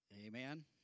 Amen